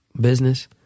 business